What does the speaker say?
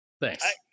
Thanks